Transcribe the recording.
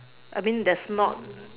I mean there's not